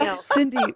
Cindy